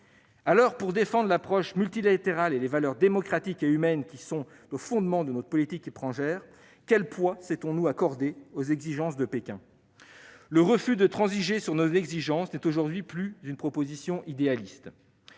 Alors, pour sauvegarder l'approche multilatérale et les valeurs démocratiques et humaines qui sont au fondement de notre politique étrangère, quel poids devons-nous accorder aux exigences de Pékin ? Aujourd'hui, le refus de transiger sur nos propres exigences n'est plus une proposition idéaliste,